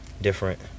different